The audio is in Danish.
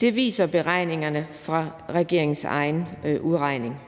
Det viser beregningerne fra regeringens egen udregning.